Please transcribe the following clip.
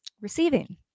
Receiving